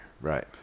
Right